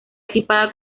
equipada